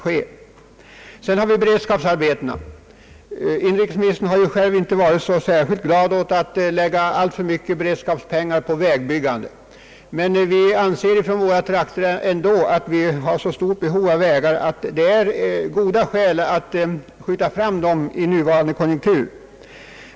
För det tredje har vi beredskapsarbeten. Inrikesministern är ju själv inte så särskilt glad åt att lägga alltför mycket beredskapspengar på vägbyggen, men i våra trakter anser vi att behovet av vägar är så stort, att det finns goda skäl att i nuvarande konjunktur satsa på vägarbeten.